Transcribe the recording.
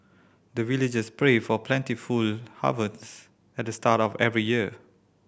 the villagers pray for plentiful harvest at the start of every year